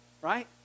right